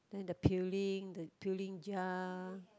then the peeling the peeling jar